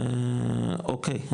אוקי,